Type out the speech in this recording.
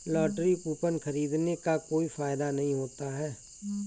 lottery coupon खरीदने का कोई फायदा नहीं होता है